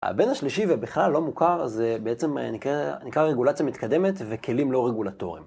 הבן השלישי, ובכלל לא מוכר, זה בעצם נקרא רגולציה מתקדמת וכלים לא רגולטורים